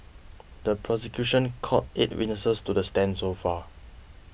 the prosecution called eight witnesses to the stand so far